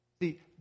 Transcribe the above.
See